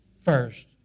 first